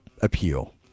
appeal